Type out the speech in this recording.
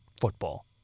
football